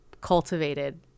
cultivated